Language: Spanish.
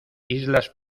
islas